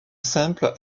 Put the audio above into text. simple